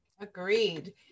Agreed